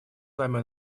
вами